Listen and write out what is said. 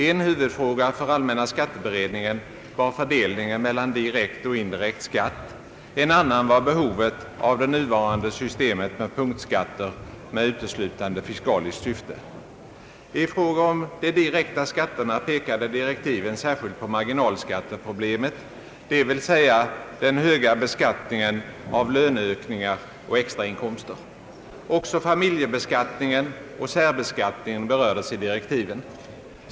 En huvudfråga för allmänna skatteberedningen var fördelningen mellan direkt och indirekt skatt, en annan var behovet av det nuvarande systemet med punktskatter med uteslutande fiskaliskt syfte. I fråga om de direkta skatterna pekade direktiven särskilt på marginalskatteproblemet, dvs. den höga beskattningen av löneökningar och extrainkomster. Också familjebeskattningen och särbeskattningen berördes i direktiven.